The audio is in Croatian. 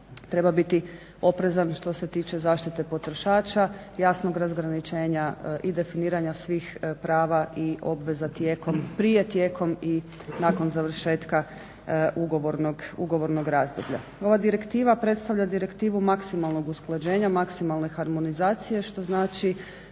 treba biti oprezan što se tiče zaštite potrošača, jasnog razgraničenja i definiranja svih prava i obveza prije, tijekom i nakon završetka ugovornog razdoblja. Ova direktiva predstavlja direktivu maksimalnog usklađenja, maksimalne harmonizacije što znači